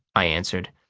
i answered.